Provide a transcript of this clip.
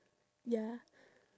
ya